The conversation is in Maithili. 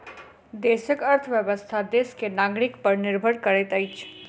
देशक अर्थव्यवस्था देश के नागरिक पर निर्भर करैत अछि